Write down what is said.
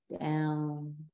down